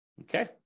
Okay